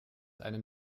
einem